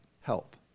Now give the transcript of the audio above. help